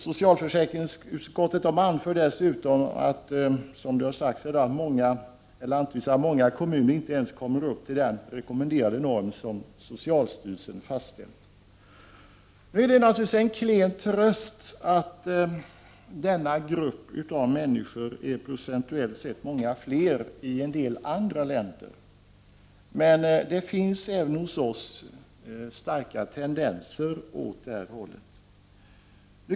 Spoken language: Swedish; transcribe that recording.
Socialförsäkringsutskottet anför att många kommuner, vilket också har antytts här, inte ens kommer upp till den rekommenderade norm som socialstyrelsen har fastställt. Det är naturligtvis en klen tröst att den grupp av människor det här gäller procentuellt sett är mycket större i en del andra länder. Men det finns även hos oss starka tendenser åt detta håll.